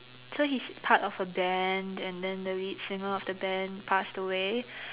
so he's part of a band and then the lead singer of the band passed away